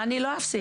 אני לא אפסיק.